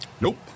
Nope